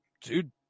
dude